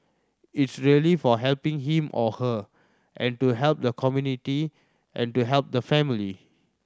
it's really for helping him or her and to help the community and to help the family